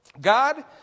God